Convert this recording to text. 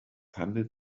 handelt